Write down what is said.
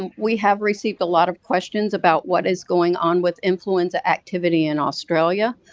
we have received a lot of question about what is going on with influenza activity in australia.